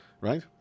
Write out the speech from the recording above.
right